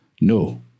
no